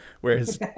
whereas